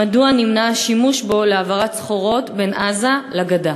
מדוע נמנע השימוש בו להעברת סחורות בין עזה לגדה?